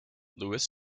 lewis